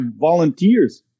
volunteers